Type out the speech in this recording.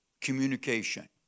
communication